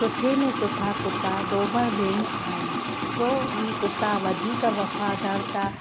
सुठे में सुठा कुता डोबरमेन आहिनि छो इहे कुता वधीक वफ़ादारु त